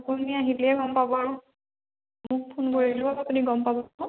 আপুনি আহিলেই গম পাব আৰু মোক ফোন কৰিলোঁ আপুনি গম পাব